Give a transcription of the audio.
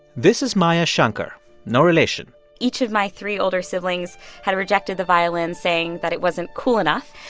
this is maya shankar no relation each of my three older siblings had rejected the violin, saying that it wasn't cool enough.